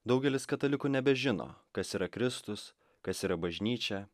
daugelis katalikų nebežino kas yra kristus kas yra bažnyčia